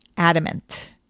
adamant